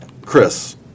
Chris